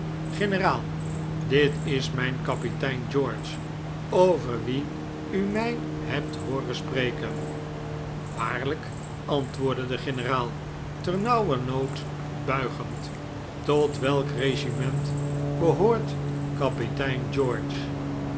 generaal dit is mijn kapitein george over wien u mij hebt hooren spreken waarlijk antwoordde de generaal ternauwernood buigend tot welk regiment behoort kapitein